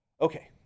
Okay